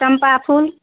चंपा फूल